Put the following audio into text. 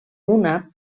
una